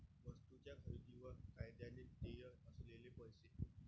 वस्तूंच्या खरेदीवर कायद्याने देय असलेले पैसे